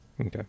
Okay